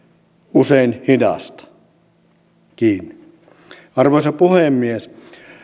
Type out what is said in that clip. usein hidasta arvoisa puhemies